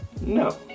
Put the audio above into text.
no